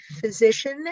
physician